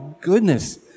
goodness